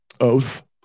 oath